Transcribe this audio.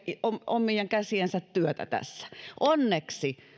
omien käsiensä työtä tässä kokoomus kritisoi onneksi